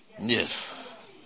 yes